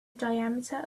diameter